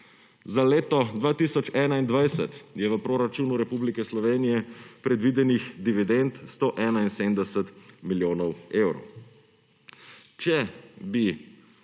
Za leto 2021, je v proračunu Republike Slovenije predvidenih dividend 171 milijonov evrov.